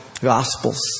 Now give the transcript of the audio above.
Gospels